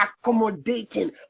accommodating